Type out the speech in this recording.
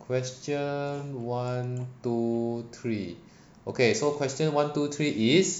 question one two three okay so question one two three is